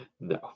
No